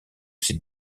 ses